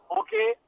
okay